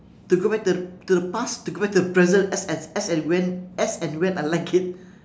to go back to the to the past to go back to the present as and as and when as and when I like it